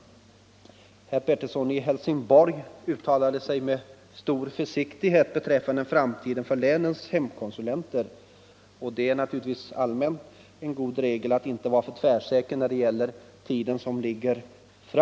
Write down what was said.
Herr Pettersson i Helsingborg uttalade sig med stor försiktighet beträffande framtiden för länens hemkonsulenter. Det är naturligtvis allmänt en god regel att inte vara så tvärsäker när det gäller framtiden.